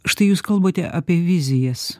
štai jūs kalbate apie vizijas